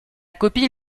copine